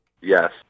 Yes